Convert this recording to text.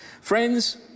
Friends